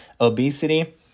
obesity